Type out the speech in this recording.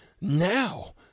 now